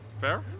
fair